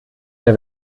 der